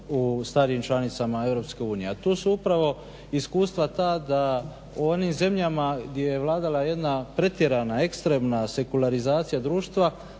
u starijim članicama EU, a to su upravo iskustva ta da u onim zemljama gdje je vladala jedna pretjerana, ekstremna sekularizacija društva